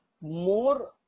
more